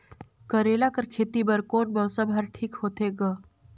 करेला कर खेती बर कोन मौसम हर ठीक होथे ग?